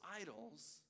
idols